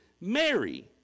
Mary